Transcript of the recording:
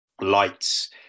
lights